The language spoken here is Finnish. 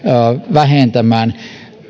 vähentämään